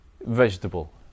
Vegetable